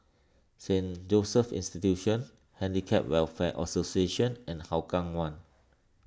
Saint Joseph's Institution Handicap Welfare Association and Hougang one